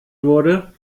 wurde